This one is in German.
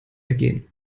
ergehen